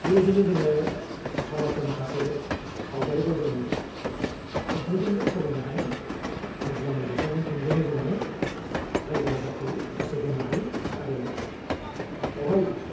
बेबायदिनो जोङो समाजनि माखासे सावगारिखौ जोङो खन्थाइजोंबो फोरमायनो हायो आरो ड्रामा देखायनाय थोंजोङै जोङो रायजो राजाखौ गोसो बोनो हायो आरो बावहाय